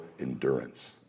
endurance